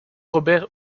robert